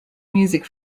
music